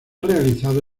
realizado